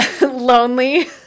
lonely